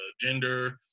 gender